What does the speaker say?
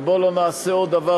ובוא לא נעשה עוד דבר,